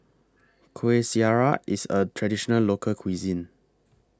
Kuih Syara IS A Traditional Local Cuisine